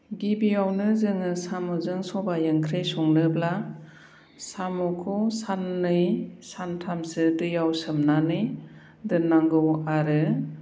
गिबियावनो जोङो साम'जों सबाय ओंख्रि संनोब्ला साम'खौ साननै सानथामसो दैयाव सोमनानै दोननांगौ आरो